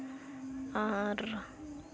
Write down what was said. ᱟᱨ